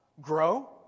Grow